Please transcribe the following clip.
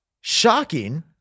Shocking